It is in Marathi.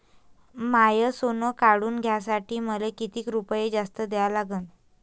माय सोनं काढून घ्यासाठी मले कितीक रुपये जास्त द्या लागन?